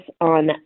on